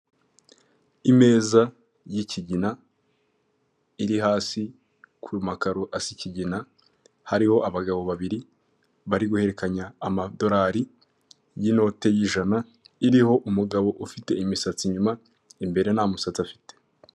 Agapapuro k'umweru kanditsweho amagambo ari mu ibara ry'umukara, handitseho amagambo yo mu kirimi cy'amahanga ruguru, ariko harimo n'amagambo yo mu kinyarwanda ariho nk'amazina nka perezida Paul Kgame ndetse n'andi mazina agiye atandukanye.